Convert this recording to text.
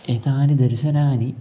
एतानि दर्शनानि